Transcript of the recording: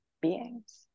beings